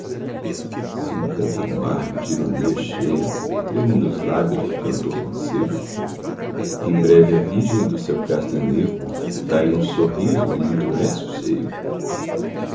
um canto amargo de ironia cheio treme nos lábios do cantor mancebo em breve a virgem do seu casto enlevo dá-lhe um sorriso e lhe intumesce o seio